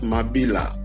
Mabila